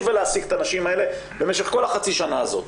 ולהעסיק את הנשים האלו במשך כל חצי השנה הזאת,